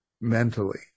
mentally